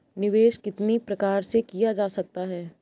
निवेश कितनी प्रकार से किया जा सकता है?